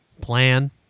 plan